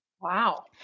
wow